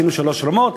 עשינו שלוש רמות,